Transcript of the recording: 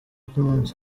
k’umunsi